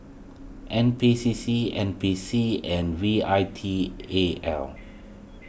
N P C C N P C and V I T A L